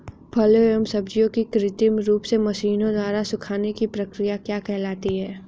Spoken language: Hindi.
फलों एवं सब्जियों के कृत्रिम रूप से मशीनों द्वारा सुखाने की क्रिया क्या कहलाती है?